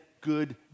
good